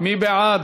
מי בעד?